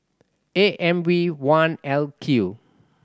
A M V one L Q